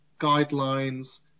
guidelines